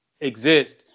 exist